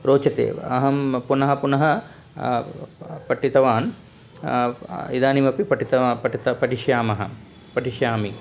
रोचते अहं पुनः पुनः पठितवान् इदानीमपि पठितवान् पठितं पठिष्यामः पठिष्यामि